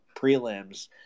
prelims